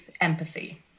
empathy